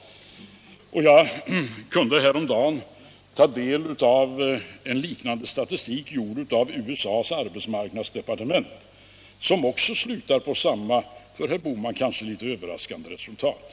Jag kunde häromdagen ta del av en liknande statistik gjord av USA:s arbetsmarknadsdepartement som också visar samma, för herr Bohman kanske litet överraskande resultat.